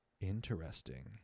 Interesting